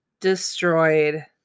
Destroyed